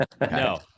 No